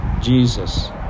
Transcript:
Jesus